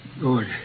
good